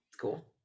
cool